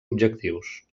objectius